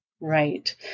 Right